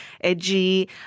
edgy